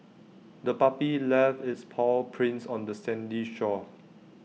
the puppy left its paw prints on the sandy shore